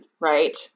right